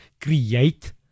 create